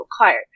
required